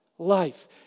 Life